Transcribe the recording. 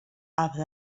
abd